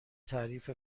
تعریف